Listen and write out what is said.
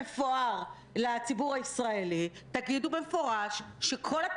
אז לפחות תדעו שאם מכרתם את כל מה שאתם מאמינים